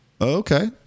Okay